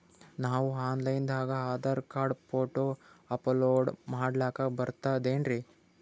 ನಾವು online ದಾಗ Aadhaar card, photo upload ಮಾಡ್ಲಕ ಬರ್ತದೇನ್ರಿ?